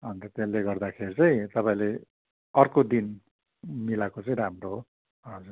अन्त त्यसले गर्दाखेरि चाहिँ तपाईँले अर्को दिन मिलाएको चाहिँ राम्रो हो हजुर